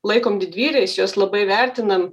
laikom didvyriais juos labai vertinam